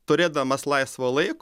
turėdamas laisvo laiko